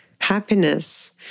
happiness